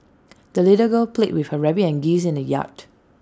the little girl played with her rabbit and geese in the yard